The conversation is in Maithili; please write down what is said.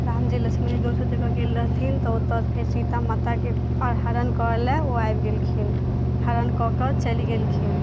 रामजी लछमन जी दोसर जगह गेल रहथिन तऽ ओतऽ फिर सीतामाताके हरण करऽलए ओ आबि गेलखिन हरण कऽकऽ चलि गेलखिन